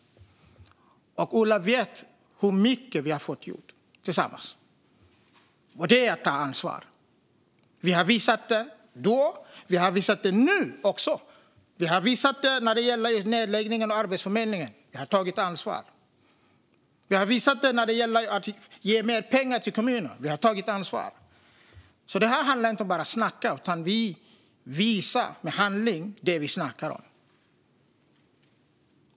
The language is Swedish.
Ola vet hur mycket vi har fått gjort tillsammans. Det är att ta ansvar. Vi har visat det då, och vi har visat det också nu. Vi har visat det när det gäller nedläggningen av Arbetsförmedlingen. Vi har tagit ansvar. Vi har visat det när det gäller att ge mer pengar till kommuner. Vi har tagit ansvar. Det handlar inte om att bara snacka. Vi visar i handling det vi snackar om.